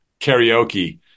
karaoke